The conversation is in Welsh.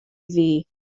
ddu